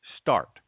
start